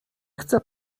chce